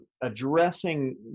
Addressing